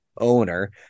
owner